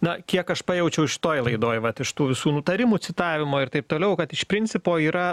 na kiek aš pajaučiau šitoj laidoj vat iš tų visų nutarimų citavimo ir taip toliau kad iš principo yra